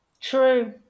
True